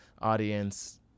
audience